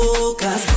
Focus